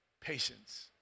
Patience